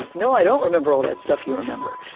no, i don't remember all that stuff you remember,